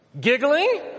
Giggling